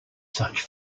such